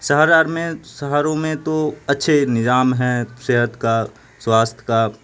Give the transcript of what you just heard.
شہر اہر میں شہروں میں تو اچھے نظام ہیں صحت کا سواستھ کا